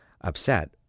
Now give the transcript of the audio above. upset